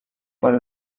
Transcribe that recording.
quan